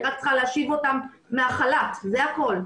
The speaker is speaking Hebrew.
אני רק צריכה להשיב אותם מהחל"ת, זה הכול.